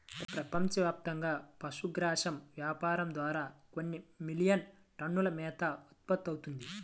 ప్రపంచవ్యాప్తంగా పశుగ్రాసం వ్యాపారం ద్వారా కొన్ని మిలియన్ టన్నుల మేత ఉత్పత్తవుతుంది